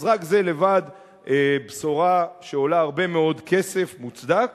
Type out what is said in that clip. רק זה לבד בשורה שעולה הרבה מאוד כסף מוצדק